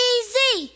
Easy